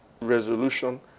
resolution